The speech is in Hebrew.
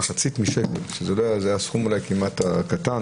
זה מחצית משקל, שזה הסכום אולי כמעט הקטן.